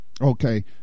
okay